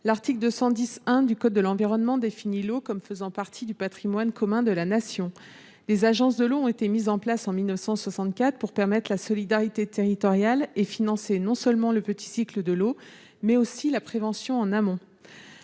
L'article L. 210-1 du code de l'environnement définit l'eau comme faisant « partie du patrimoine commun de la Nation ». Les agences de l'eau ont été créées en 1964 pour favoriser la solidarité territoriale et financer non seulement le petit cycle de l'eau, mais encore la prévention, en amont.